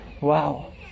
wow